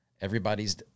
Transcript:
everybody's